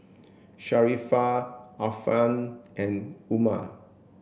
Sharifah Alfian and Umar